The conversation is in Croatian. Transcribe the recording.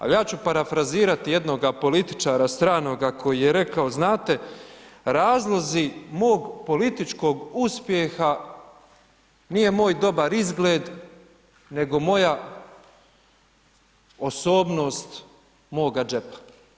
Ali, ja ću parafrazirati jednoga političara stranoga koji je rekao, znate, razlozi mog političkog uspjeha nije moj dobar izgled, nego moja osobnost moga džepa.